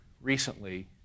recently